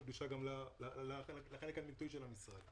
היא קדושה גם לחלק המקצועי של המשרד.